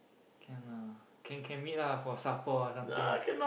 can lah can can meet lah for supper or something